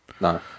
No